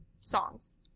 songs